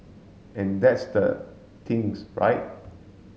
and that's the things right